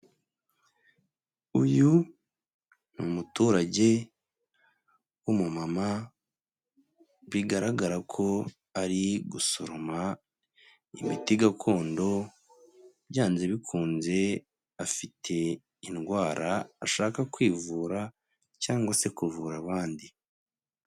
Uyu ni umuturage w'umumama bigaragara ko ari gusoroma imiti gakondo, byanze bikunze afite indwara ashaka kwivura cyangwa se kuvura abandi.